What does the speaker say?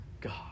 God